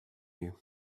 you